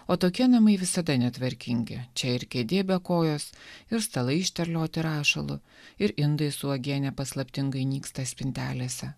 o tokie namai visada netvarkingi čia ir kėdė be kojos ir stalai išterlioti rašalu ir indais uogienė paslaptingai nyksta spintelėse